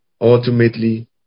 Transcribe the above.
ultimately